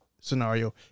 scenario